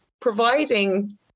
providing